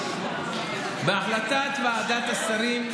בהחלטת ועדת השרים,